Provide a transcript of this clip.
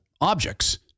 objects